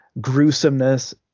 gruesomeness